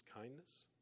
kindness